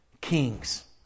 kings